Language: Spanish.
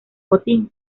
botín